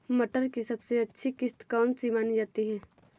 मटर की सबसे अच्छी किश्त कौन सी मानी जाती है?